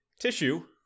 tissue